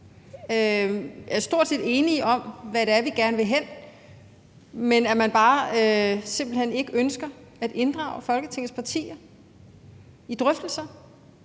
er stort set enige om, hvor det er, vi gerne vil hen, men at man bare simpelt hen ikke ønsker at inddrage Folketingets partier i drøftelser